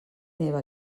neva